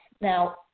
Now